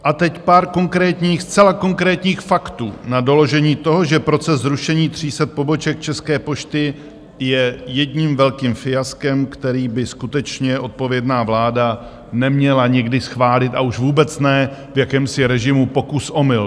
A teď pár konkrétních, zcela konkrétních faktů na doložení toho, že proces zrušení 300 poboček České pošty je jedním velkým fiaskem, který by skutečně odpovědná vláda neměla nikdy schválit, a už vůbec ne v jakémsi režimu pokusomyl.